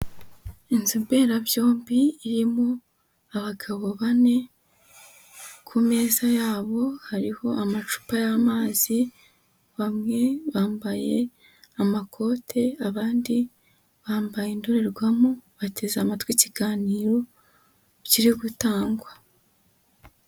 Inzu mberabyombi irimo abagabo bane, ku meza yabo hariho amacupa y'amazi bamwe bambaye amakote, abandi bambaye indorerwamo bateze amatwi ikiganiro kiri gutangwa.